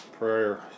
prayer